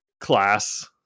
class